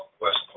West